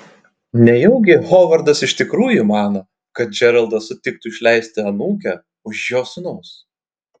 nejaugi hovardas iš tikrųjų mano kad džeraldas sutiktų išleisti anūkę už jo sūnaus